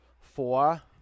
four